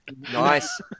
Nice